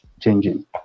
changing